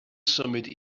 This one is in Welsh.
symud